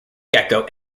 gecko